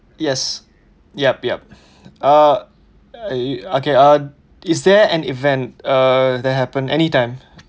yes yup yup uh eh okay uh is there an event uh that happen anytime